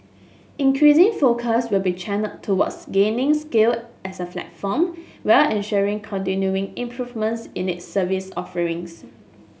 increasing focus will be channelled towards gaining scale as a platform while ensuring continuing improvements in its service offerings